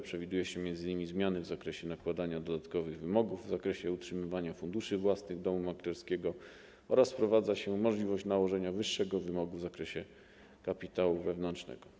Przewiduje się m.in. zmiany w zakresie nakładania dodatkowych wymogów w zakresie utrzymywania funduszy własnych domu maklerskiego oraz wprowadza się możliwość nałożenia wyższego wymogu w zakresie kapitału wewnętrznego.